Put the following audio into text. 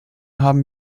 haben